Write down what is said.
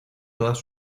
todas